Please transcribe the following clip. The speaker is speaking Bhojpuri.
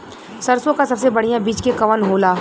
सरसों क सबसे बढ़िया बिज के कवन होला?